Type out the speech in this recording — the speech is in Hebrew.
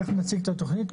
תכף נציג את התכנית.